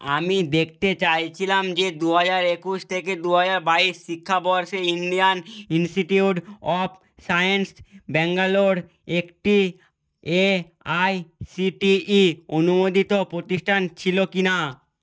আমি দেখতে চাইছিলাম যে দু হাজার একুশ থেকে দু হাজার বাইশ শিক্ষাবর্ষে Indian Institute of Science Bangalore একটি এআইসিটিই অনুমোদিত প্রতিষ্ঠান ছিল কি না